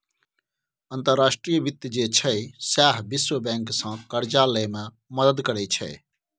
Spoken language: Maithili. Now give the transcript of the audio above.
अंतर्राष्ट्रीय वित्त जे छै सैह विश्व बैंकसँ करजा लए मे मदति करैत छै